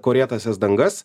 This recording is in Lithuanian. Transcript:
korėtasias dangas